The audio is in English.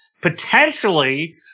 potentially